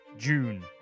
June